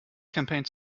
campaigned